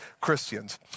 Christians